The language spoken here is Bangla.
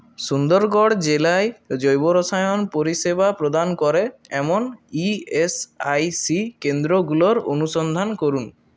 সুন্দরগড় জেলায় জৈব রসায়ন পরিষেবা প্রদান করে এমন ই এস আই সি কেন্দ্রগুলোর অনুসন্ধান করুন